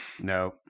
no